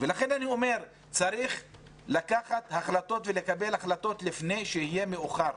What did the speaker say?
ולכן אני אומר שצריך לקבל החלטות לפני שיהיה מאוחר,